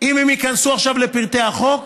אם הם ייכנסו עכשיו לפרטי החוק,